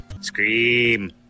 Scream